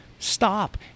Stop